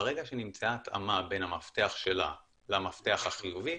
ברגע שנמצאה התאמה בין המפתח שלה למפתח החיובי,